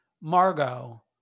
Margot